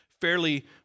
fairly